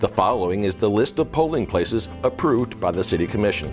the following is the list of polling places approved by the city commission